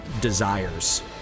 desires